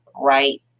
right